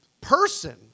person